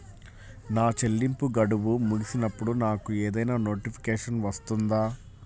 నా చెల్లింపు గడువు ముగిసినప్పుడు నాకు ఏదైనా నోటిఫికేషన్ వస్తుందా?